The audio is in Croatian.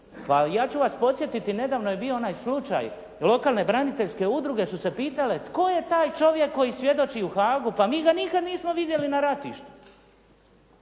ja ću vas podsjetiti nedavno je bio onaj slučaj lokalne braniteljske udruge su se pitale tko je taj čovjek koji svjedoči u Haagu. Pa mi ga nikad nismo vidjeli na ratištu.